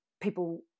people